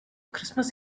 christmas